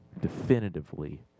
definitively